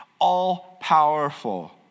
all-powerful